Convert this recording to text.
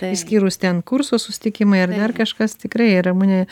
išskyrus ten kurso susitikimai ar dar kažkas tikrai ramune